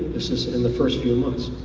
this is and the first few months.